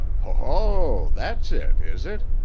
ho, ho, that's it, is it?